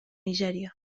nigèria